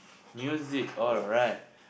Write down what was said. music alright